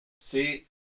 See